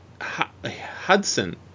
Hudson